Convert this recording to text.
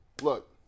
look